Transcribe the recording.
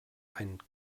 ein